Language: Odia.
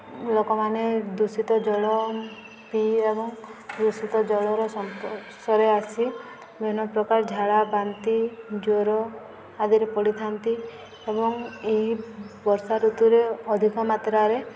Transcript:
ଲୋକମାନେ ଦୂଷିତ ଜଳ ପିଇ ଏବଂ ଦୂଷିତ ଜଳର ସଂସ୍ପର୍ଶରେ ଆସି ବିଭିନ୍ନପ୍ରକାର ଝାଡ଼ା ବାନ୍ତି ଜ୍ଵର ଆଦିରେ ପଡ଼ିଥାନ୍ତି ଏବଂ ଏହି ବର୍ଷା ଋତୁରେ ଅଧିକ ମାତ୍ରାରେ